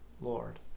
lord